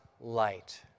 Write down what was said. light